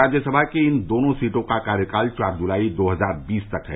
राज्यसभा की इन दोनों सीटों का कार्यकाल चार जुलाई दो हजार बीस तक है